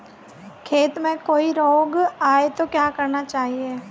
खेत में कोई रोग आये तो क्या करना चाहिए?